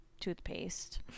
toothpaste